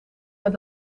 met